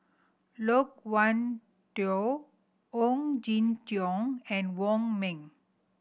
Loke Wan Tho Ong Jin Teong and Wong Ming